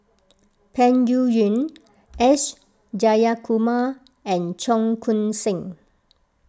Peng Yuyun S Jayakumar and Cheong Koon Seng